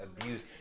Abuse